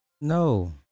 no